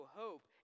hope